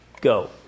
go